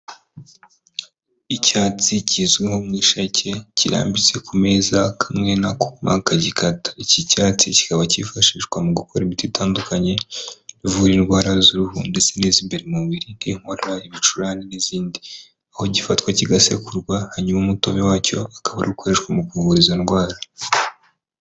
Icyatsi kizwiho nk'ishake kirambitse ku meza kamwe nakomakagikata iki cyatsi kikaba cyifashishwa mu gukora imiti itandukanye ivura indwara z'uruhu ndetse n'izimbere mubiri nk'inkora ibicurane n'izindi aho gifatwa kigasekurwa hanyuma umutobe wacyo akaba ukoreshwa mu kuvura izo ndwara.